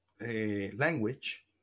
language